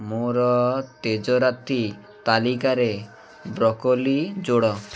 ମୋର ତେଜରାତି ତାଲିକାରେ ବ୍ରୋକୋଲି ଯୋଡ଼